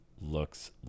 looks